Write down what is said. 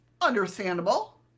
Understandable